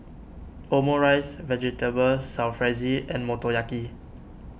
Omurice Vegetable Jalfrezi and Motoyaki